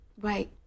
Right